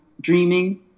dreaming